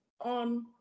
on